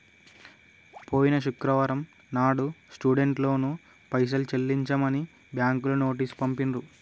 పోయిన శుక్రవారం నాడు స్టూడెంట్ లోన్ పైసలు చెల్లించమని బ్యాంకులు నోటీసు పంపిండ్రు